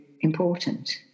important